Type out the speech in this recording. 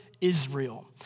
Israel